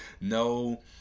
no